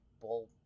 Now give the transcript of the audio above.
bull